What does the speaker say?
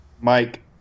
Mike